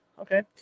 okay